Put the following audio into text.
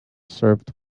served